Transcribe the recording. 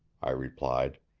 i replied.